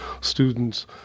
students